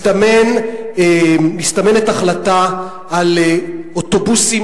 מסתמנת החלטה על אוטובוסים,